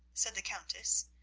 said the countess,